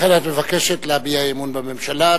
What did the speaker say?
לכן, את מבקשת להביע אי-אמון בממשלה.